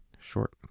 short